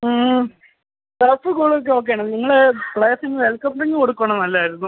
socks കൂടുതൽ stock ചെയ്യണം നിങ്ങൾ പ്ലെയേഴ്സിന് വെൽക്കം ഡ്രിങ്ക് കൊടുക്കണത് നല്ലതായിരുന്നു